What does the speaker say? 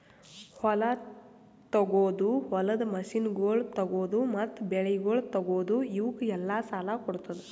ಹೊಲ ತೊಗೋದು, ಹೊಲದ ಮಷೀನಗೊಳ್ ತೊಗೋದು, ಮತ್ತ ಬೆಳಿಗೊಳ್ ತೊಗೋದು, ಇವುಕ್ ಎಲ್ಲಾ ಸಾಲ ಕೊಡ್ತುದ್